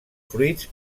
fruits